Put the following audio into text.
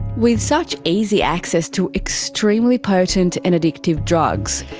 with such easy access to extremely potent and addictive drugs,